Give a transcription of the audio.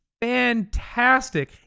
fantastic